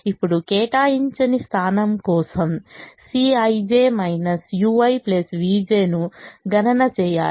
ఇప్పుడు కేటాయించని స్థానం కోసం Cij ui vj ను గణన చేయండి